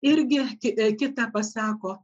irgi ki kita pasako